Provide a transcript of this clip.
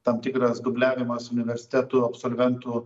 tam tikras dubliavimas universitetų absolventų